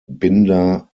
binder